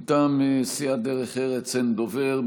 מטעם סיעת דרך ארץ אין דובר,